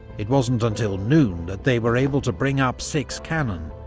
it wasn't until noon that they were able to bring up six cannon,